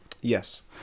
Yes